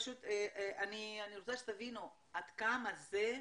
אני רוצה שתבינו עד כמה זה,